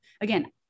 again